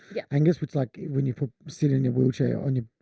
yeah angus it's like when you sit in your wheelchair on your.